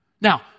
Now